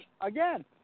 again